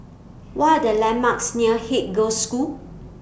What Are The landmarks near Haig Girls' School